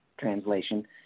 translation